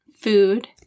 food